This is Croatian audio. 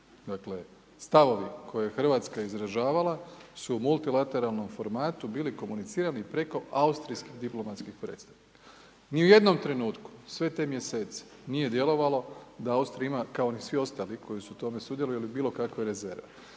Dakle, stavovi koje je Hrvatska izražavala su u multilateralnom formatu bili komunicirani preko austrijskih diplomatskih predstavnika. Ni u jednom trenutku sve te mjesece nije djelovalo da Austrija ima kao ni svi ostali koji su u tome sudjelovali bilo kakve rezerve.